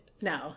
No